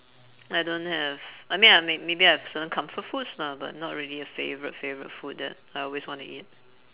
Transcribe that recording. I don't have I mean I may~ maybe I have certain comfort foods lah but not really a favourite favourite food that I always wanna eat